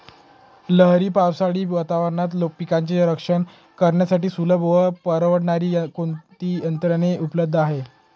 लहरी पावसाळी वातावरणात पिकांचे रक्षण करण्यासाठी सुलभ व परवडणारी कोणती यंत्रणा उपलब्ध आहे?